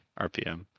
rpm